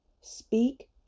Speak